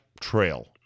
trail